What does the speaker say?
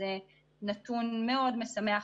שזה נתון מאוד משמח.